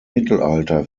mittelalter